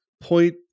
point